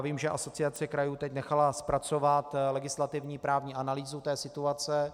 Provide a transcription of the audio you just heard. Vím, že Asociace krajů teď nechala zpracovat legislativní právní analýzu situace.